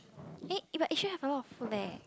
eh but actually have a lot of food there